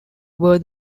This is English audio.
were